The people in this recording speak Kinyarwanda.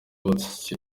icyo